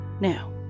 Now